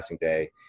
day